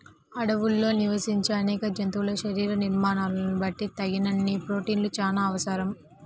అడవుల్లో నివసించే అనేక జంతువుల శరీర నిర్మాణాలను బట్టి తగినన్ని ప్రోటీన్లు చాలా అవసరం